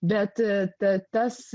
bet t tas